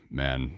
man